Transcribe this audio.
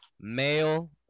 male